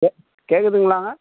கேட்குதுங்களாங்க